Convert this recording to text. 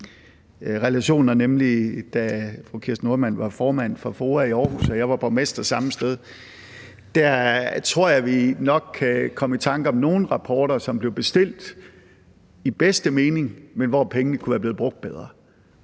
relationer, nemlig da fru Kirsten Normann Andersen var formand for FOA i Aarhus og jeg var borgmester samme sted, og der tror jeg nok, vi kan komme i tanker om nogle rapporter, som blev bestilt i bedste mening, men hvor pengene kunne være blevet brugt bedre,